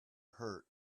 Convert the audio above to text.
hurt